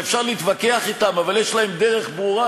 שאפשר להתווכח אתם אבל יש להם דרך ברורה,